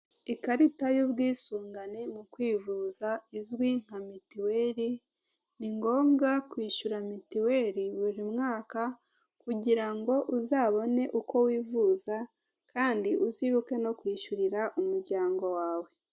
Ikarita y'ubwisungane mu kwivuza, izwi nka mitiweri, ni ngombwa kwishyura mitiweri buri mwaka, kugira ngo uzabone uko wivuza, kandi uzibuke no kwishyurira umuryango wawe.